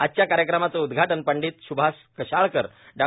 आजच्या कार्यक्रमाचं उदघाटन पंडीत स्थाष कसाळकर डॉ